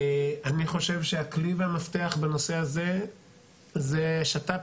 אני חושב שהכלי והמפתח בנושא הזה זה שת"פ,